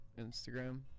Instagram